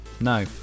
no